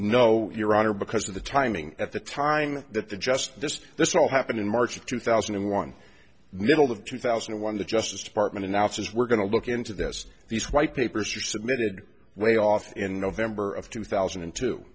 honor because of the timing at the time that the just this this all happened in march of two thousand and one middle of two thousand and one the justice department announces we're going to look into this these white papers are submitted way off in november of two thousand and two